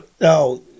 no